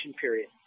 period